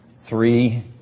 Three